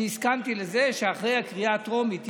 הסכמתי לזה שאחרי הקריאה הטרומית,